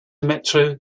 metro